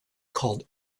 called